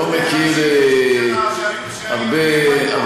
יש קבוצה אתנית בעולם ששמה ערבים, מה לעשות.